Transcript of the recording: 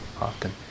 often